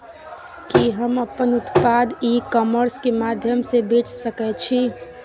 कि हम अपन उत्पाद ई कॉमर्स के माध्यम से बेच सकै छी?